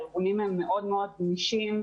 הארגונים הם מאוד מאוד גמישים,